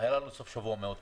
היה לנו סוף שבוע מאוד קשה,